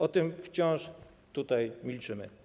O tym wciąż tutaj milczymy.